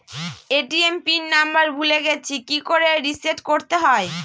ATM PIN number ভুলে গেছি কি করে রিসেট করতে হয়?